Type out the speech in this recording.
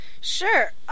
Sure